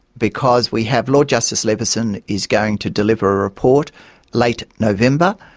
because we have lord justice leveson is going to deliver a report late november,